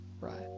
right